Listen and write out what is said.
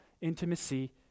intimacy